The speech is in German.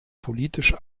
politisch